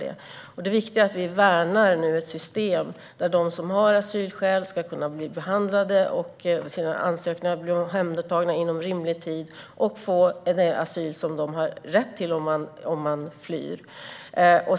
Det viktiga nu är att vi värnar ett system där de som har asylskäl ska kunna få sina ansökningar behandlade, bli omhändertagna inom rimlig tid och få den asyl som man har rätt till om man flyr.